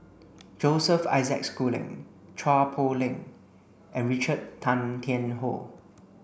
Joseph Isaac Schooling Chua Poh Leng and Richard Tay Tian Hoe